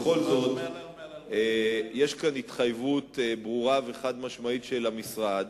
בכל זאת יש כאן התחייבות ברורה וחד-משמעית של המשרד,